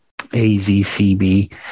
AZCB